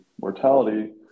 mortality